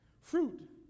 Fruit